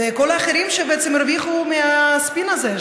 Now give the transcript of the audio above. וכל האחרים שבעצם הרוויחו מהספין הזה,